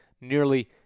nearly